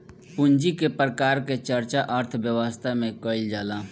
पूंजी के प्रकार के चर्चा अर्थव्यवस्था में कईल जाला